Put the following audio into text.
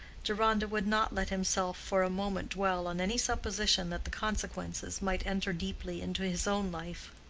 deronda would not let himself for a moment dwell on any supposition that the consequences might enter deeply into his own life.